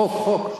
חוק, חוק.